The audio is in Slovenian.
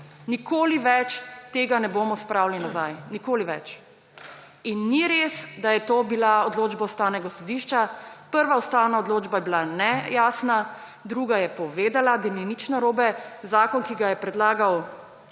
Nikoli več tega ne bomo spravili nazaj, nikoli več. In ni res, da je to bila odločba Ustavnega sodišča. Prva ustavna odločba je bila nejasna, druga je povedala, da ni nič narobe. Zakon, ki ga je predlagal